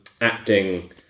acting